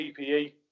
PPE